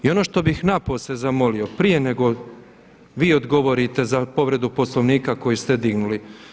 I ono što bih napose zamolio prije nego vi odgovorite za povredu Poslovnika koji ste dignuli.